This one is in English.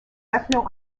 ethno